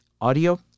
audio